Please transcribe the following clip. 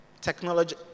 technology